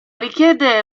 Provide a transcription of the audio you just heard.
richiede